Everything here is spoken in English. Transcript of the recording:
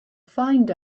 find